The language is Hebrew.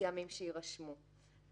ומטעמים שיירשמו.